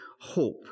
hope